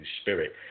spirit